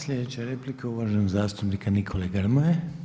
Slijedeća replika uvaženog zastupnika Nikole Grmoje.